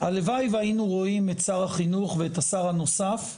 הלוואי והיינו רואים את שר החינוך ואת השר הנוסף,